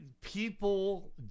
people